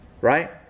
Right